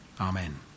Amen